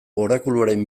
orakuluaren